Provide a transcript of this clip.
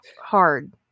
hard